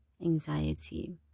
anxiety